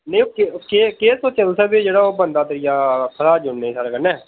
नेईं केह् केह् सोचेआ फ्ही तुसें ओह् जेह्ड़ा बंदा भैया आक्खै दा हा जुड़ने गी साढ़ै कन्नै